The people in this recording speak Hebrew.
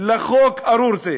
לחוק ארור זה.